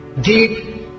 deep